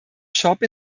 shop